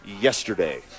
yesterday